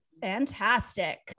fantastic